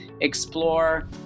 explore